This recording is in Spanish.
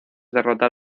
derrotar